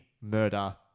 murder